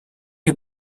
you